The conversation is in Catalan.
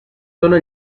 donen